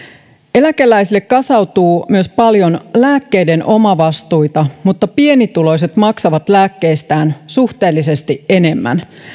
eläkeläisille kasautuu paljon myös lääkkeiden omavastuita mutta pienituloiset maksavat lääkkeistään suhteellisesti enemmän